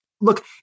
Look